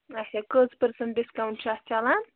اچھا کٔژ percent discount چھُ اَتھ چَلان